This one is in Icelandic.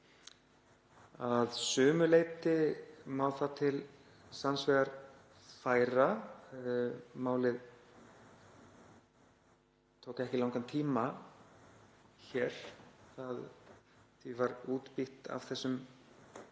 Að sumu leyti má það til sanns vegar færa. Málið tók ekki langan tíma hér, því var útbýtt af þessum